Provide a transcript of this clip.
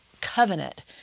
covenant